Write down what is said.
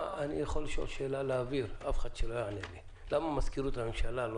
שאלה לאוויר - למה מזכירות הממשלה לא